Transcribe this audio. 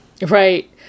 Right